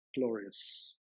glorious